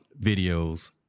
videos